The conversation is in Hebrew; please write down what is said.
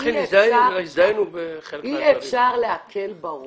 אי אפשר להקל בה ראש.